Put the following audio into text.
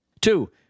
Two